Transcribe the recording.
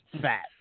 fat